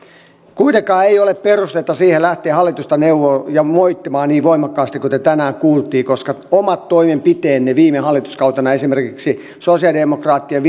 kuitenkaan ei ole perustetta lähteä hallitusta neuvomaan ja moittimaan niin voimakkaasti kuin tänään kuultiin koska omat toimenpiteenne viime hallituskautena esimerkiksi sosialidemokraattien